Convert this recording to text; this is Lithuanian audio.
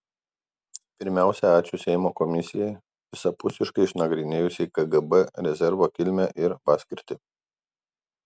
pirmiausia ačiū seimo komisijai visapusiškai išnagrinėjusiai kgb rezervo kilmę ir paskirtį